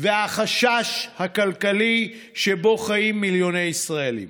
והחשש הכלכלי שבו חיים מיליוני ישראלים.